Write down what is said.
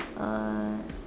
uh